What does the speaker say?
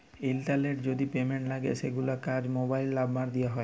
ইলটারলেটে যদি পেমেল্ট লাগে সেগুলার কাজ মোবাইল লামবার দ্যিয়ে হয়